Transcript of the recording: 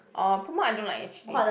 orh Puma I don't like actually